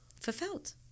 fulfilled